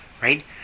Right